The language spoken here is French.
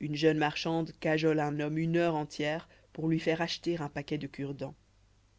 une jeune marchande cajole un homme une heure entière pour lui faire acheter un paquet de cure-dents